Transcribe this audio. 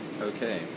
Okay